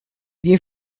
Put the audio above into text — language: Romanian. din